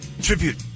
tribute